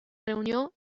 reunió